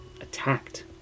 attacked